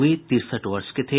वे तिरसठ वर्ष के थे